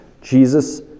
Jesus